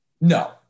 No